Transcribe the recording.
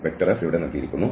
F ഇവിടെ നൽകിയിരിക്കുന്നു